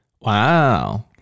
wow